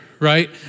right